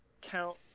count